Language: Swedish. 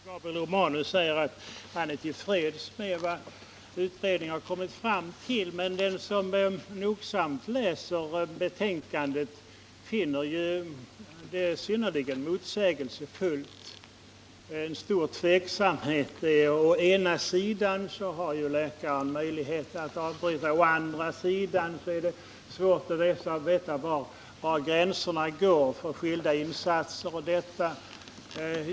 Herr talman! Gabriel Romanus säger att han är till freds med vad utredningen har kommit fram till. Men den som nogsamt läser betänkandet finner det synnerligen motsägelsefullt. Det råder en stor tveksamhet: å ena sidan har läkaren möjlighet att avbryta behandlingen, å andra sidan är det svårt att veta var gränserna går för dessa insatser.